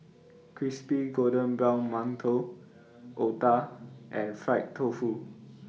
Crispy Golden Brown mantou Otah and Fried Tofu